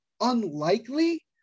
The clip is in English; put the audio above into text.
unlikely